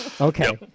Okay